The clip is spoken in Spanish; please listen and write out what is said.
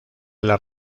las